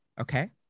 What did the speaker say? Okay